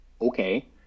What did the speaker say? okay